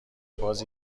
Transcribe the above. باز